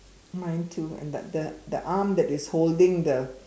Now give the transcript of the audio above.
mine too and but the the arm that is holding the